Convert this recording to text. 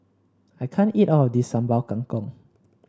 I can't eat all of this Sambal Kangkong